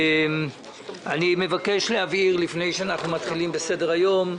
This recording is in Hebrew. אני מבקש להבהיר לפני שאנחנו מתחילים בסדר היום.